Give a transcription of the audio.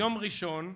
ביום ראשון,